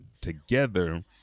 together